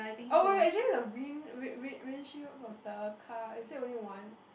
oh wait wait actually the wind wind wind wind shield of the car is it only one